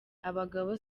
abagabo